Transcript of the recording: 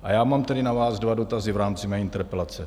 A já mám tedy na vás dva dotazy v rámci mé interpelace.